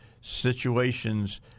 situations